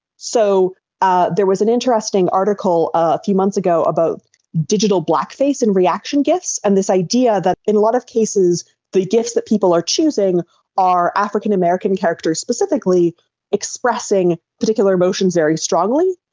so ah there was an interesting article a few months ago about digital blackface and reaction gifs, and this idea that in a lot of cases the gifs that people are choosing are african american characters specifically expressing particular emotions very strongly,